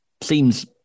seems